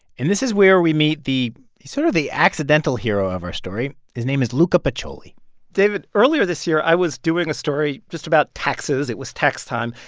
and this is where we meet the sort of the accidental hero of our story. his name is luca pacioli david, earlier this year, i was doing a story just about taxes. it was tax time.